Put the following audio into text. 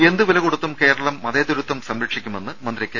എന്ത് വിലകൊടുത്തും കേരളം മതേതരത്വം സംരക്ഷിക്കുമെന്ന് മന്ത്രി കെ